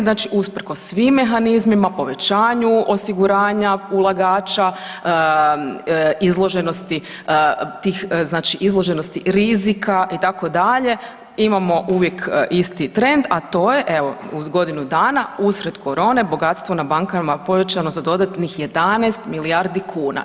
Znači usprkos svim mehanizmima, povećanju osiguranja ulagača izloženosti tih, znači izloženosti rizika itd., imamo uvijek isti trend, a to je evo u godinu dana usred korone bogatstvo na bankama povećano za dodatnih 11 milijardi kuna.